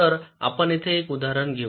तर आपण येथे एक उदाहरण घेऊ